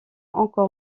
encore